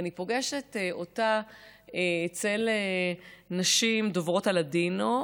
ואני פוגשת אותה אצל נשים דוברות לדינו,